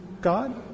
God